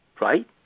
right